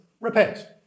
Repent